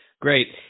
great